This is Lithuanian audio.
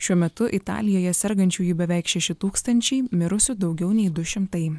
šiuo metu italijoje sergančiųjų beveik šeši tūkstančiai mirusių daugiau nei du šimtai